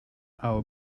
our